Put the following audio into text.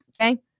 Okay